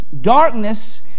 darkness